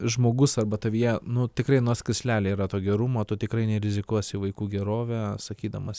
žmogus arba tavyje nu tikrai nors krislelį yra to gerumo tu tikrai nerizikuosi vaikų gerove sakydamas